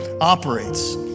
operates